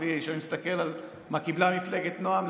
כשאני מסתכל מה קיבלה מפלגת נועם,